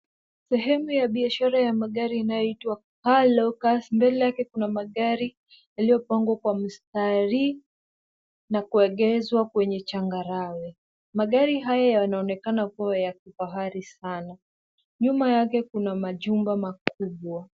Sehemu ya biashara ya magari inayoitwa Car Locus, mbele yake kuna magari yaliyopangwa kwa mstari na kuegezwa kwenye changarawe. Magari haya yanaonekana kuwa ya kifahari sana. Nyuma yake kuna majumba makubwa.